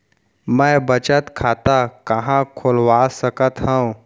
मै बचत खाता कहाँ खोलवा सकत हव?